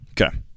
okay